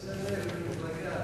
אל תיקחי לי,